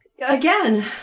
again